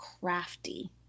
crafty